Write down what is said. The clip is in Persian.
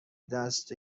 دست